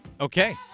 Okay